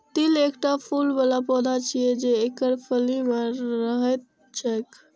तिल एकटा फूल बला पौधा छियै, जे एकर फली मे रहैत छैक